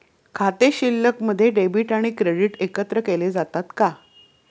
खाते शिल्लकमध्ये डेबिट आणि क्रेडिट एकत्रित केले जातात का?